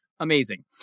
Amazing